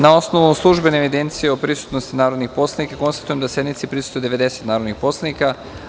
Na osnovu službene evidencije o prisutnosti narodnih poslanika konstatujem da sednici prisustvuje 90 narodnih poslanika.